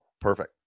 Perfect